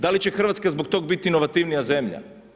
Da li će Hrvatska zbog tog biti inovativnija zemlja?